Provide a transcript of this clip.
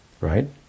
right